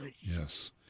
Yes